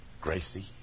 Gracie